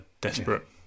desperate